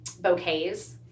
bouquets